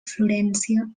florència